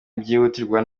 byihutirwa